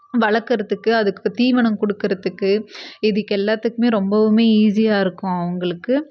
வளர்க்கறத்துக்கு அதுக்கு தீவனம் கொடுக்கறத்துக்கு இதுக்கு எல்லாத்துக்குமே ரொம்பவுமே ஈஸியாக இருக்கும் அவங்களுக்கு